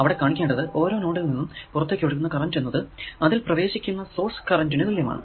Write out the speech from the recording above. അവിടെ കാണിക്കേണ്ടത് ഓരോ നോഡിൽ നിന്നും പുറത്തേക്കു ഒഴുകുന്ന കറന്റ് എന്നത് അതിൽ പ്രവേശിക്കുന്ന സോഴ്സ് കറന്റ് നു തുല്യമാണ്